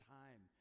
time